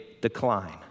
decline